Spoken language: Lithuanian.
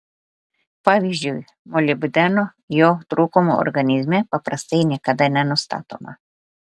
pavyzdžiui molibdeno jo trūkumo organizme paprastai niekada nenustatoma